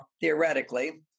theoretically